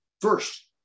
first